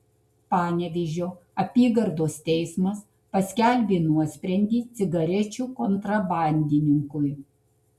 panevėžio apygardos teismas paskelbė nuosprendį cigarečių kontrabandininkui